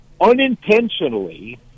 unintentionally